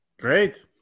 great